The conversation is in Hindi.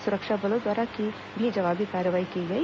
सुरक्षा बलों द्वारा भी जवाबी कार्रवाई की गई